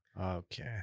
Okay